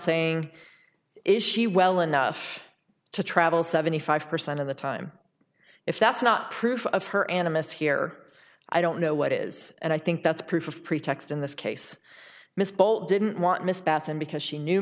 saying is she well enough to travel seventy five percent of the time if that's not proof of her animus here i don't know what is and i think that's proof pretext in this case miss both didn't want miss bateson because she knew